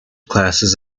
classes